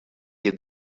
had